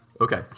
Okay